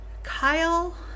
Kyle